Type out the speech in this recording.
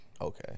Okay